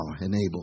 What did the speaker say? enable